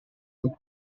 loop